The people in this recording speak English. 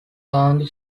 gandhi